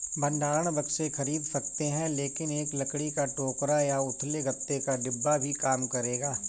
भंडारण बक्से खरीद सकते हैं लेकिन एक लकड़ी का टोकरा या उथले गत्ते का डिब्बा भी काम करेगा